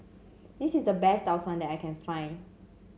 this is the best Tau Suan that I can find